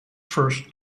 first